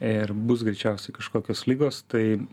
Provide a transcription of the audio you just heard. ir bus greičiausiai kažkokios ligos tai